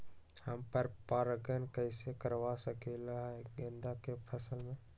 हम पर पारगन कैसे करवा सकली ह गेंदा के फसल में?